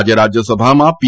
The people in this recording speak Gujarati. આજે રાજ્યસભામાં પી